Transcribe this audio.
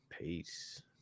Peace